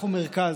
אנחנו מרכז.